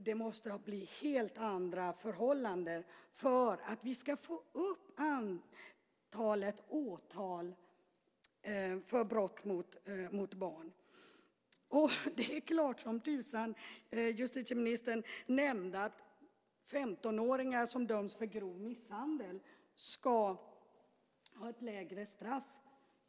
Det måste bli helt andra förhållanden för att vi ska få upp antalet åtal för brott mot barn. Justitieministern nämnde att 15-åringar som döms för grov misshandel ska ha ett lägre straff.